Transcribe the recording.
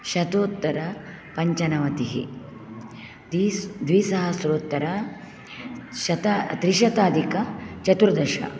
शतोत्तरपञ्चनवतिः द्विसहस्रोत्तरशतत्रिशताधिकचतुर्दश